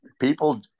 people